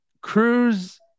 cruz